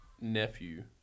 nephew